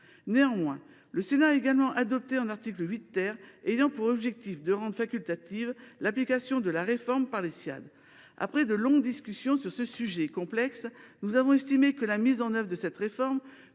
ans. Le Sénat avait également adopté un article 8 ayant pour objectif de rendre facultative l’application de la réforme par les Ssiad. Après de longues discussions sur ce sujet complexe, nous avons estimé que la mise en œuvre de cette réforme,